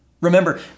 Remember